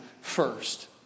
first